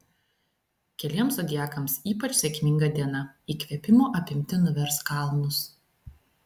keliems zodiakams ypač sėkminga diena įkvėpimo apimti nuvers kalnus